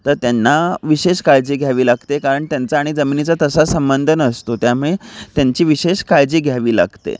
तर त्यांना विशेष काळजी घ्यावी लागते कारण त्यांचा आणि जमिनीचा तसा संबंध नसतो त्यामुळे त्यांची विशेष काळजी घ्यावी लागते